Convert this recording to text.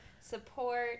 support